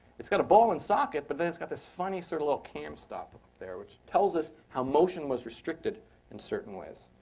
it's got a ball and socket, but then it's got this funny sort of little cam stop up there, which tells us how motion was restricted in certain ways.